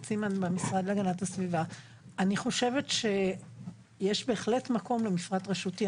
אני חושבת שיש בהחלט מקום למפרט רשותי,